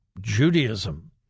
Judaism